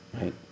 right